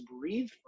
breathe